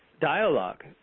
dialogue